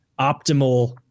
optimal